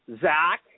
Zach